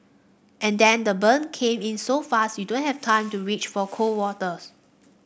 and then the burn came in so fast you don't have time to reach for cold waters